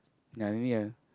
ya no need ah